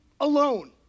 alone